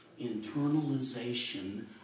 internalization